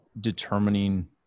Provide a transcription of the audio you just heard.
determining